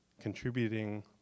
contributing